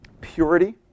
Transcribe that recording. purity